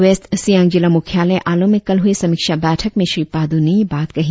waste Siang जिला मुख्यालय आलों में कल हुए समीक्षा बैठक में श्री पादू ने यह बात कही